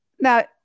Now